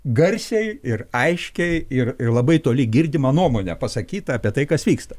garsiai ir aiškiai ir ir labai toli girdimą nuomonę pasakytą apie tai kas vyksta